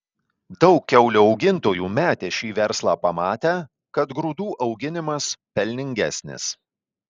daug kiaulių augintojų metė šį verslą pamatę kad grūdų auginimas pelningesnis